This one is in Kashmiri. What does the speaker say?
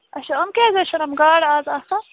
اَچھا ہُم کیٛازِ حظ چھِنہٕ ہُم گاڈٕ اَز آسان